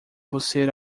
você